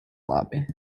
lobby